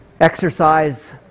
exercise